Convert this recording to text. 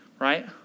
right